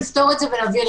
נפתור את זה ונביא.